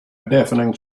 deafening